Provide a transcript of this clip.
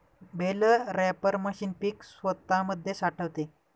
bell wrapper machine पीक स्वतामध्ये साठवते